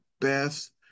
best